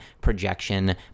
projection